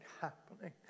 happening